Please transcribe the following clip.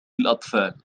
الأطفال